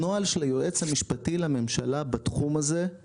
הנוהל של היועץ המשפטי לממשלה בתחום הזה הוא